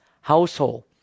household